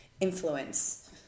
influence